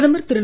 பிரதமர் திரு